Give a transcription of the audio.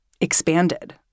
expanded